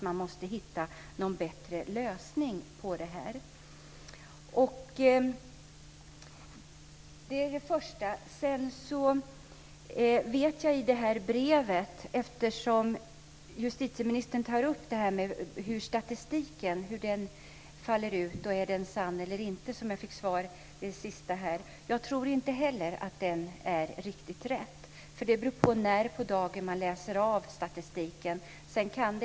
Man måste hitta en bättre lösning på detta. Justitieministern tar upp detta med hur statistiken faller ut och om den är sann eller inte. Jag tror inte heller att den är riktig. Det beror på när på dagen man läser av statistiken.